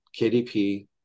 KDP